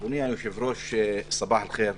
אדוני היושב-ראש, צבאח אל-ח'יר.